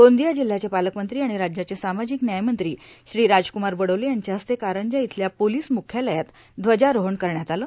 गोंदिया जिल्ह्याचे पालकमंत्री आणि राज्याचे सामाजिक न्यायमंत्री श्री राजकुमार बडोले यांच्या हस्ते कारंजा इथल्या पोलीस मुख्यालयात ध्वजारोहण करण्यात आलं